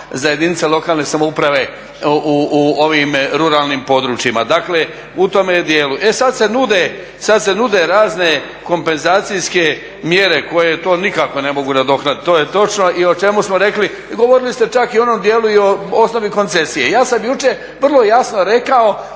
za jedinice lokalne samouprave u ovim ruralnim područjima. Dakle, u tome je dijelu, e sada se nude razne kompenzacijske mjere koje to nikako ne mogu nadoknaditi. To je točno i o čemu smo rekli, i govorili ste čak i u onom dijelu i o osnovi koncesije. Ja sam jučer vrlo jasno rekao